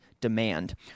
demand